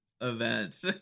event